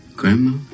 grandma